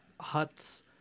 huts